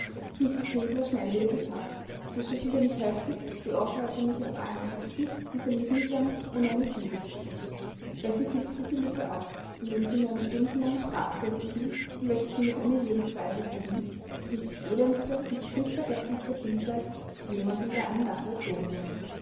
war schnell wieder gefaßt sie schüttelte mich heftig sie ohrfeigte mich aus allen kräften und verließ mich dann ohne eine silbe zu sprechen bessie füllte diese lücke aus indem sie mir eine stundenlange strafpredigt hielt in welcher sie mir ohne jeden zweifel bewies daß ich das elendeste und pflichtvergessenste kind sei das jemals unter einem dache erzogen worden